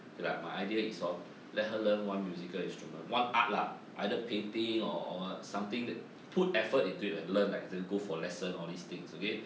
K lah my idea is hor let her learn one musical instrument one art lah either painting or uh something that put effort into it like learn like the go for lesson all these things okay